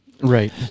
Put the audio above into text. Right